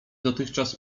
dotychczas